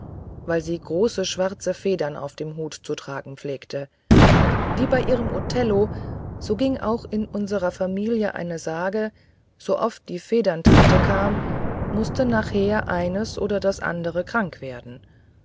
weil sie große schwarze federn auf dem hut zu tragen pflegte wie bei ihrem othello so ging auch in unserer familie eine sage so oft die federntante kam mußte nachher eines oder das andere krank werden